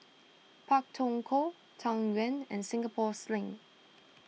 Pak Thong Ko Tang Yuen and Singapore Sling